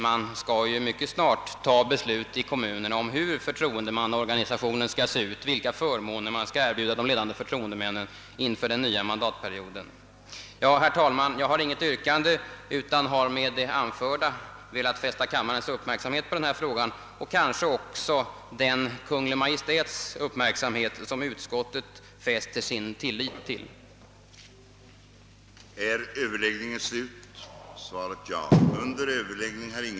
Man skall ju mycket snart besluta i kommunerna om hur förtroendemannaorganisationen skall se ut och vilka förmåner man skall erbjuda de ledande förtroendemännen inför den nya mandatperioden. Jag har, herr talman, inget yrkande, utan har med det anförda velat fästa kammarens uppmärksamhet på frågan och kanske också den Kungl. Maj:ts uppmärksamhet som utskottet sätter sin tillit till.